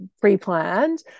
pre-planned